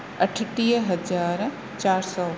अठटीह हज़ारि चारि सौ